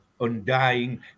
undying